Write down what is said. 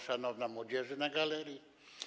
Szanowna młodzieży na galerii!